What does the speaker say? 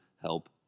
help